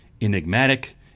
enigmatic